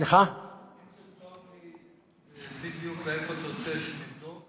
אם תכתוב לי בדיוק איפה אתה רוצה שנבדוק,